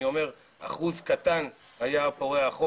אני אומר אחוז קטן היה פורע חוק,